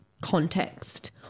context